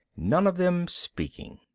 none of them speaking.